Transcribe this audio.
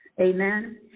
Amen